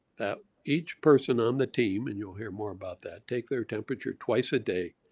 that each person on the team and you'll hear more about that, take their temperature twice a day,